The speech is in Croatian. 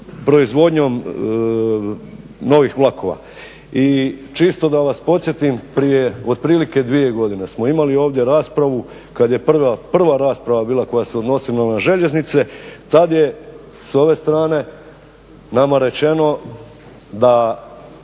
proizvodnjom novih vlakova i čisto da vas podsjetim, prije otprilike 2 godine smo imali ovdje raspravu kad je prva rasprava bila koja se odnosila na željeznice tad je s ove strane nama rečeno da